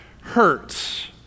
hurts